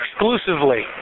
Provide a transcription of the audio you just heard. exclusively